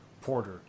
Porter